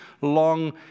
long